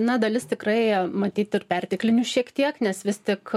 na dalis tikrai matyt ir perteklinių šiek tiek nes vis tik